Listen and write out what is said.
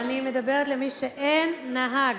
אני מדברת למי שאין לו נהג,